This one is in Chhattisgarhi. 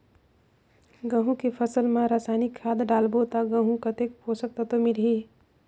गंहू के फसल मा रसायनिक खाद डालबो ता गंहू कतेक पोषक तत्व मिलही?